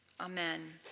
Amen